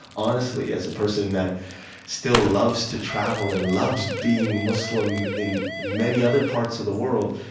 honestly, as a person that still loves to travel and loves being muslim in many other parts of the world,